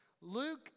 Luke